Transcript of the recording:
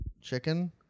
Chicken